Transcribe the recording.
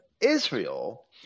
Israel